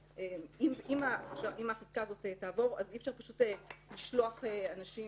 אם החקיקה הזאת תעבור אי אפשר פשוט לשלוח אנשים